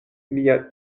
mia